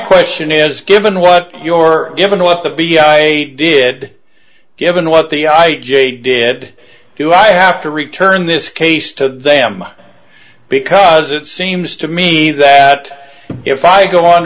question is given what your given what the b i did given what the i j did do i have to return this case to them because it seems to me that if i go